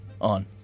on